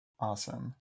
Awesome